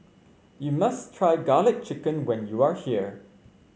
you must try garlic chicken when you are here